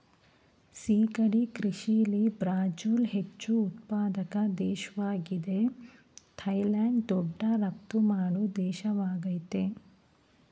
ಸಿಗಡಿ ಕೃಷಿಲಿ ಬ್ರಝಿಲ್ ಹೆಚ್ಚು ಉತ್ಪಾದಕ ದೇಶ್ವಾಗಿದೆ ಥೈಲ್ಯಾಂಡ್ ದೊಡ್ಡ ರಫ್ತು ಮಾಡೋ ದೇಶವಾಗಯ್ತೆ